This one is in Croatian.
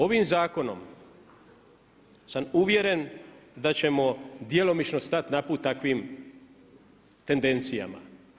Ovim zakonom sam uvjeren da ćemo djelomično stati na put takvim tendencijama.